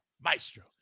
Maestro